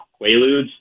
quaaludes